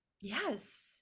Yes